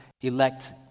elect